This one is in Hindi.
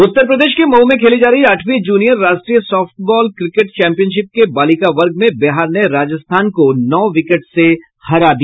उत्तर प्रदेश के मऊ में खेली जा रही आठवीं जूनियर राष्ट्रीय सॉफ्ट बॉल क्रिकेट चैंपियनशिप के बालिका वर्ग में बिहार ने राजस्थान को नौ विकेट से हरा दिया